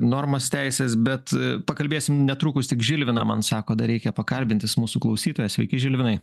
normas teisės bet pakalbėsim netrukus tik žilviną man sako dar reikia pakalbint jis mūsų klausytojas sveiki žilvinai